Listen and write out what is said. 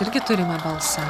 irgi turime balsą